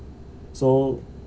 so